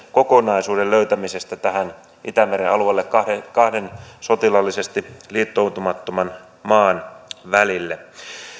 kokonaisuuden löytämisestä tähän itämeren alueelle kahden kahden sotilaallisesti liittoutumattoman maan välille